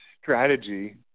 strategy